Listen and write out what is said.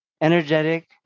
energetic